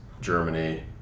Germany